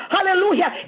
Hallelujah